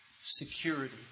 security